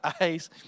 eyes